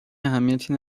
اهمیتی